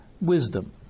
wisdom